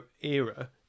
era